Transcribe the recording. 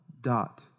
dot